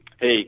Hey